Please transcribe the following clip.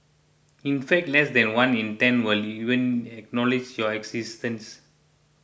in fact less than one in ten will even acknowledge your existence